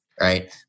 right